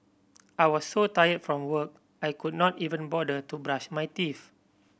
I was so tired from work I could not even bother to brush my teeth